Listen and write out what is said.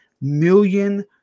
million